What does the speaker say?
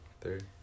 Third